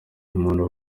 umuntu